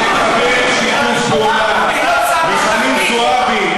ממי נקבל שיתוף פעולה, מחנין זועבי,